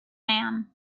man